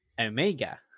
omega